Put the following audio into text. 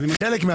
אני רק רוצה,